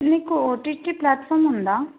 నీకు OTT platform ఉందా